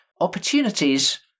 opportunities